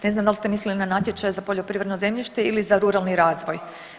Ne znam da li ste mislili na natječaje za poljoprivredno zemljište ili za ruralni razvoj.